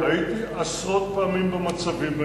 הייתי עשרות פעמים במצבים האלה.